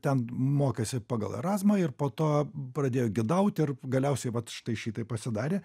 ten mokėsi pagal erazmą ir po to pradėjo gidaut ir galiausiai vat štai šitaip pasidarė